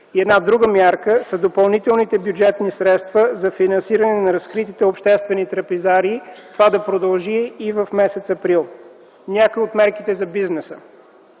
Една друга мярка са допълнителните бюджетни средства за финансиране на разкритите обществени трапезарии, това да продължи и през месец април. Някои от мерките за бизнеса.